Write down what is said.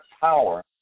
power